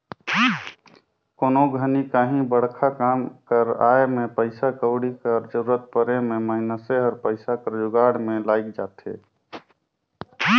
कोनो घनी काहीं बड़खा काम कर आए में पइसा कउड़ी कर जरूरत परे में मइनसे हर पइसा कर जुगाड़ में लइग जाथे